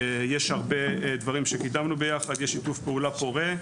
יש הרבה דברים שקידמנו ביחד, יש שיתוף פעולה פורה.